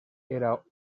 era